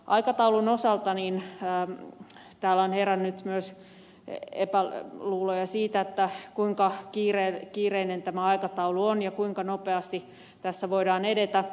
aikataulun osalta täällä on herännyt myös epäluuloja siitä kuinka kiireinen tämä aikataulu on ja kuinka nopeasti tässä voidaan edetä